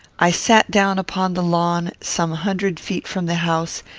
i sat down upon the lawn, some hundred feet from the house,